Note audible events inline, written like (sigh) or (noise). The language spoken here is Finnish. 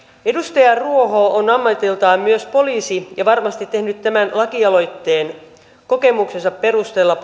edustaja ruoho on ammatiltaan myös poliisi ja varmasti tehnyt tämän lakialoitteen poliisityökokemuksensa perusteella (unintelligible)